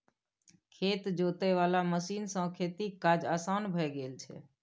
खेत जोते वाला मशीन सँ खेतीक काज असान भए गेल छै